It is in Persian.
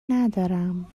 ندارم